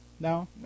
No